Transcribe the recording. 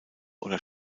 oder